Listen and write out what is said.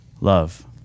love